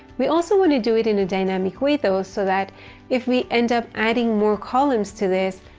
we also want to do it in a dynamic way though, so that if we end up adding more columns to this,